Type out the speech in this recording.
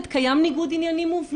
יותר.